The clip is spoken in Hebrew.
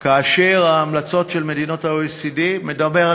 כאשר ההמלצות של מדינות ה-OECD מדברות